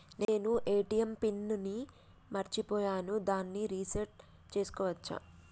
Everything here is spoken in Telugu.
నేను ఏ.టి.ఎం పిన్ ని మరచిపోయాను దాన్ని రీ సెట్ చేసుకోవచ్చా?